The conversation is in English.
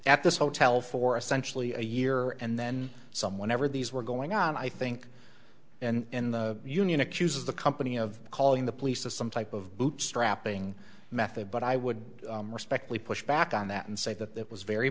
at this hotel for essentially a year and then some whenever these were going on i think and the union accuses the company of calling the police to some type of bootstrapping method but i would respectfully push back on that and say that that was very